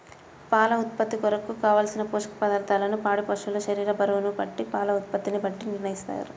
పాల ఉత్పత్తి కొరకు, కావలసిన పోషక పదార్ధములను పాడి పశువు శరీర బరువును బట్టి పాల ఉత్పత్తిని బట్టి నిర్ణయిస్తారా?